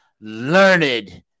learned